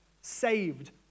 Saved